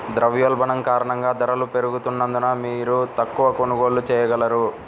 ద్రవ్యోల్బణం కారణంగా ధరలు పెరుగుతున్నందున, మీరు తక్కువ కొనుగోళ్ళు చేయగలరు